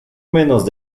menos